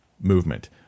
movement